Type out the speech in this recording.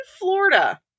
Florida